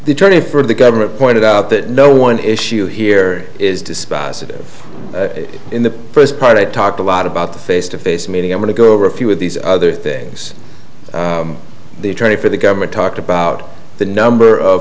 the attorney for the government pointed out that no one issue here is dispositive in the first part i talked a lot about the face to face meeting i want to go over a few of these other things the attorney for the government talked about the number of